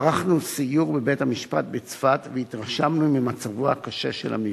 ערכנו סיור בבית-המשפט בצפת והתרשמנו ממצבו הקשה של המבנה.